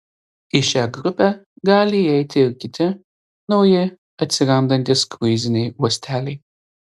į šią grupę gali įeiti ir kiti nauji atsirandantys kruiziniai uosteliai